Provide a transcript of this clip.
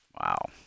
Wow